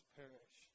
perish